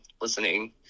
listening